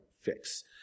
fix